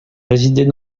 résidait